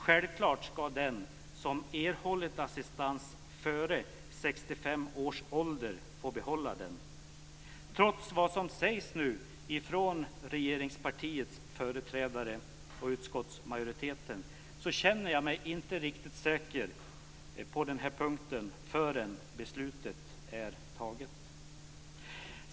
Självklart ska den som erhållit assistans före 65 års ålder få behålla den. Trots vad som nu sägs från regeringspartiets företrädare och utskottsmajoriteten känner jag mig inte riktigt säker på den här punkten förrän beslutet är taget.